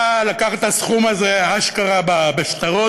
בא ולקח את הסכום הזה אשכרה בשטרות,